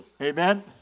Amen